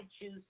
choose